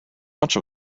much